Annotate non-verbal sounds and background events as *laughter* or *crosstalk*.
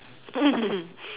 *laughs*